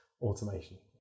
automation